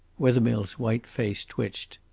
wethermill's white face twitched.